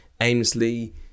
aimlessly